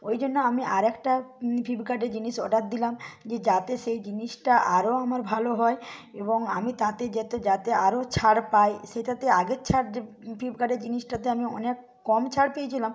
ওই জন্য আমি আরেকটা ফ্লিপকার্টে জিনিস অর্ডার দিলাম যে যাতে সেই জিনিসটা আরও আমার ভালো হয় এবং আমি তাতে যাতে যাতে আরও ছাড় পাই সেইটাতে আগের ছাড় যে ফ্লিপকার্টের জিনিসটাতে আমি অনেক কম ছাড় পেয়েছিলাম